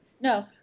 No